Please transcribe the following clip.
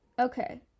Okay